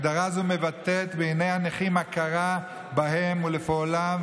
הגדרה זו מבטאת בעיני הנכים הכרה בהם ובפועלם,